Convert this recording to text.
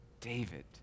David